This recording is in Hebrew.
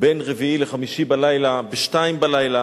בלילה בין רביעי לחמישי, ב-02:00,